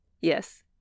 yes